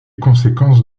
conséquences